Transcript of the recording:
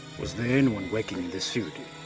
was there anyone working in this field.